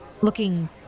looking